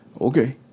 Okay